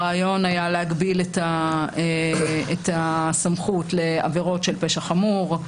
הרעיון היה להגביל את הסמכות לעבירות של פשע חמור,